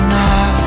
now